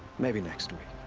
maybe next week.